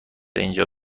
اینجا